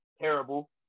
terrible